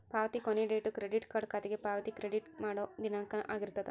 ಪಾವತಿ ಕೊನಿ date credit card ಖಾತೆಗೆ ಪಾವತಿ ಕ್ರೆಡಿಟ್ ಮಾಡೋ ದಿನಾಂಕನ ಆಗಿರ್ತದ